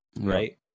right